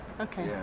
okay